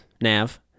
Nav